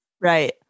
right